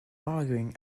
arguing